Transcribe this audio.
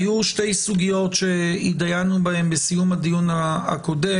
היו שתי סוגיות שהתדיינו בהם בסיום הדיון הקודם